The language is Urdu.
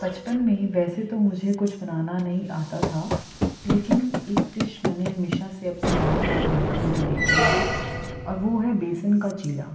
بچپن میں ویسے تو مجھے کچھ بنانا نہیں آتا تھا لیکن ایک ڈش میں نے ہمیشہ سے اپنی ماں کو بناتے ہوئے دیکھا ہے اور وہ ہے بیسن کا چیلا